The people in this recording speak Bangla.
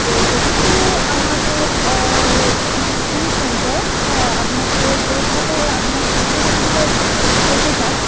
তো যেহেতু আমাদের জিম সেন্টার আপনাকে যেভাবে আপনার সুযোগ সুবিধা পেতে চান